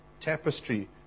tapestry